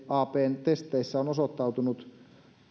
ncapn testeissä on osoittautunut